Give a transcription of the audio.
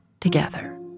together